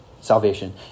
salvation